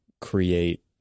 create